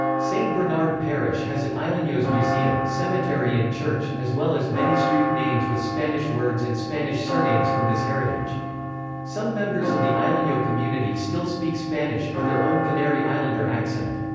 st bernard parish has an islenos museum, cemetery and church, as well as many street names with spanish words and spanish surnames from this heritage some members of the isleno community still speak spanish with their own canary islander accent.